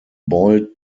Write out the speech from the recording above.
boiled